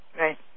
Right